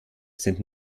sind